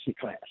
class